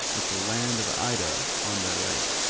with the land of ida on their right.